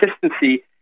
consistency